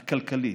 הכלכלית,